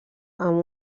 amb